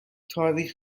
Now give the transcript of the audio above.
تاریخ